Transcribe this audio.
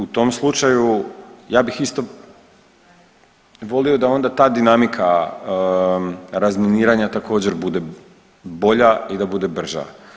U tom slučaju ja bih isto volio da onda ta dinamika razminiranja također bude bolja i da bude brža.